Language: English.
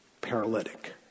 paralytic